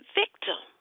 victim